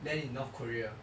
land in north korea